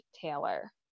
Taylor